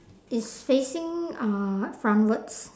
it's facing uh frontwards